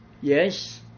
yes